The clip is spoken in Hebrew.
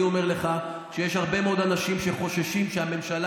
אני אומר לך שיש הרבה מאוד אנשים שחוששים שהממשלה